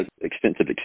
extensive